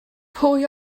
pwy